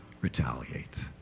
retaliate